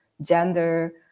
gender